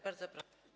Bardzo proszę.